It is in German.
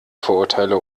vorurteile